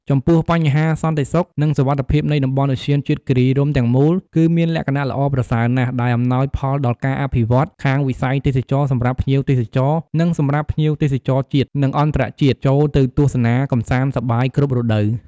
ចំពោះបញ្ហាសន្តិសុខ និងសុវត្ថិភាពនៃតំបន់ឧទ្យានជាតិគិរីរម្យទាំងមូល គឺមានលក្ខណៈល្អប្រសើរណាស់ ដែលអំណោយផលដល់ការអភិវឌ្ឍន៍ ខាងវិស័យទេសចរណ៍សម្រាប់ភ្ញៀវទេសចរណ៍និងសម្រាប់ភ្ញៀវទេសចរណ៍ជាតិ និងអន្តរជាតិ ចូលទៅទស្សនាកម្សាន្តសប្បាយគ្រប់រដូវកាល។